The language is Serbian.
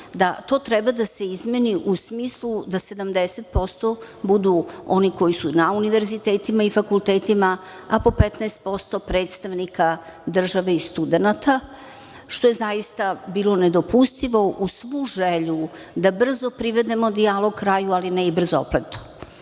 da to treba da se izmeni u smislu da 70% budu oni koji su na univerzitetima i fakultetima, a po 15% predstavnika države i studenata, što je bilo nedopustivo, uz svu želju da brzo privedemo dijalog kraju, ali ne i brzopleto.U